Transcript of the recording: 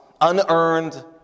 unearned